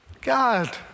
God